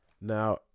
now